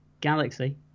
galaxy